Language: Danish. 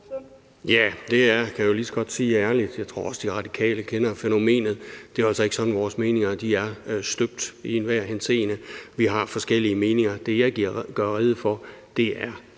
Jeg kan jo lige så godt sige ærligt – jeg tror også, at De Radikale kender fænomenet – at det altså ikke er sådan, at vores meninger er støbt i enhver henseende. Vi har forskellige meninger. Det, jeg gør rede for, er